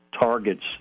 targets